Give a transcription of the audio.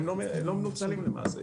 הם לא מנוצלים למעשה.